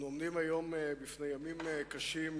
אנו עומדים היום בפני ימים קשים,